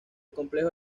complejo